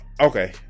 Okay